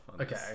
Okay